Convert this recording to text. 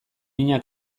mina